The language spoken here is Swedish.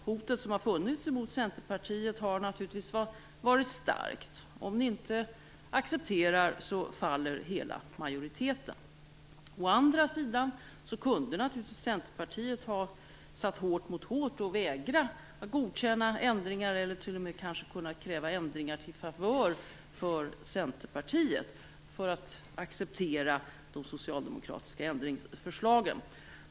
Hotet som har funnits emot Centerpartiet har naturligtvis varit starkt: Om ni inte accepterar faller hela majoriteten. Å andra sidan kunde naturligtvis Centerpartiet ha satt hårt mot hårt och vägrat godkänna ändringar eller kanske t.o.m. kunnat kräva ändringar till favör för Centerpartiet för att acceptera de socialdemokratiska ändringsförslagen.